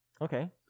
okay